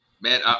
Man